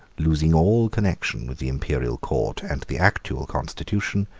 losing all connection with the imperial court and the actual constitution,